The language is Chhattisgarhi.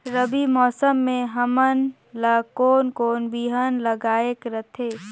रबी मौसम मे हमन ला कोन कोन बिहान लगायेक रथे?